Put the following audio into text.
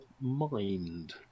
mind